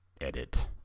edit